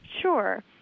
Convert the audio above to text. Sure